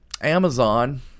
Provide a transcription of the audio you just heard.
Amazon